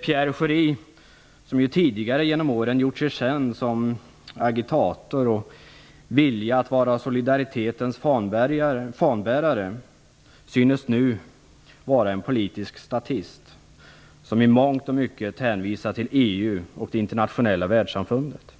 Pierre Schori, som ju tidigare genom åren gjort sig känd som agitator och för att ha haft en vilja att vara solidaritetens fanbärare, synes nu vara en politisk statist som i mångt och mycket hänvisar till EU och till det internationella världssamfundet.